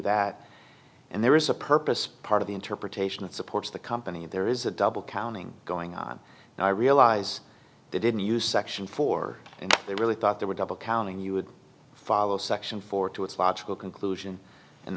that and there is a purpose part of the interpretation that supports the company if there is a double counting going on now i realize they didn't use section four and they really thought they were double counting you would follow section four to its logical conclusion and